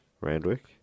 Randwick